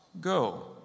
Go